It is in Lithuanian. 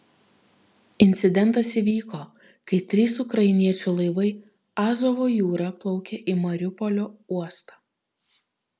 incidentas įvyko kai trys ukrainiečių laivai azovo jūra plaukė į mariupolio uostą